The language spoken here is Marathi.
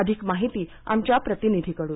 अधिक माहिती आमच्या प्रतिनिधीकडून